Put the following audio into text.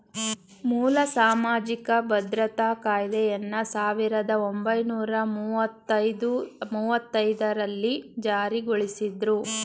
ಮೂಲ ಸಾಮಾಜಿಕ ಭದ್ರತಾ ಕಾಯ್ದೆಯನ್ನ ಸಾವಿರದ ಒಂಬೈನೂರ ಮುವ್ವತ್ತಐದು ರಲ್ಲಿ ಜಾರಿಗೊಳಿಸಿದ್ರು